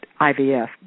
IVF